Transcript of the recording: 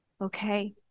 Okay